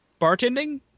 bartending